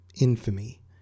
infamy